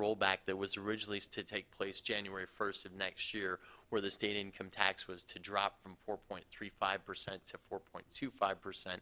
rollback that was originally to take place january first of next year where the state income tax was to drop from four point three five percent to four point two five percent